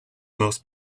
most